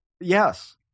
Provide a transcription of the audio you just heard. Yes